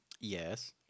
Yes